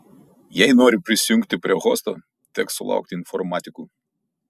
jei nori prisijungti prie hosto teks sulaukti informatikų